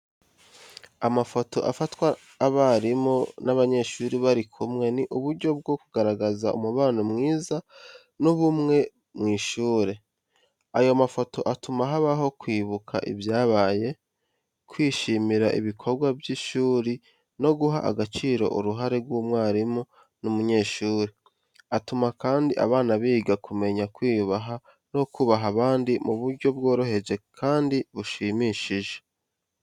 Amafoto afatwa abarimu n’abanyeshuri bari kumwe ni uburyo bwo kugaragaza umubano mwiza n’ubumwe mu ishuri. Ayo mafoto atuma habaho kwibuka ibyabaye, kwishimira ibikorwa by’ishuri no guha agaciro uruhare rw’umwarimu n’umunyeshuri. Atuma kandi abana biga kumenya kwiyubaha no kubaha abandi mu buryo bworoheje kandi bushimishije.